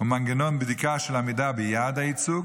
ומנגנון בדיקה של עמידה ביעד הייצוג,